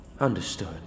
Understood